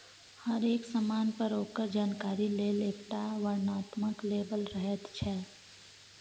हरेक समान पर ओकर जानकारी लेल एकटा वर्णनात्मक लेबल रहैत छै